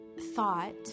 thought